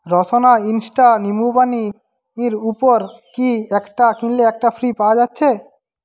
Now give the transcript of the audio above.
রসনা insta নিম্বুপানি এর উপর কি একটা কিনলে একটা ফ্রি পাওয়া যাচ্ছে